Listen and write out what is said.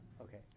Okay